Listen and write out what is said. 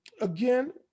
again